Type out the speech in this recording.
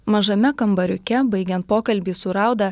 mažame kambariuke baigiant pokalbį su rauda